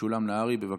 משולם נהרי, בבקשה.